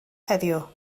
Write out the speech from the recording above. heddiw